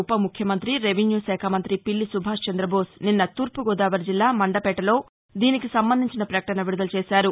ఉప ముఖ్యమంతి రాష్ట రెవెన్యూ శాఖ మంత్రి పిల్లి సుభాష్చంద్రబోస్ నిన్న తూర్పుగోదావరి జిల్లా మండపేటలో దీనికి సంబంధించి పకటన విడుదల చేశారు